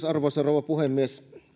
arvoisa rouva puhemies